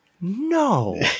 No